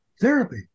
therapy